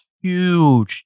huge